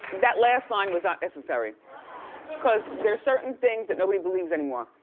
that last line was not necessary cause there are certain things that nobody believes anymore.